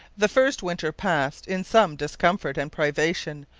the first winter passed, in some discomfort and privation,